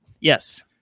Yes